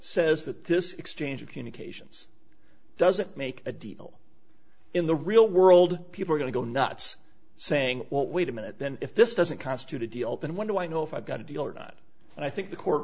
says that this exchange of communications doesn't make a deal in the real world people are going to go nuts saying well wait a minute if this doesn't constitute a deal then what do i know if i've got a deal or not and i think the court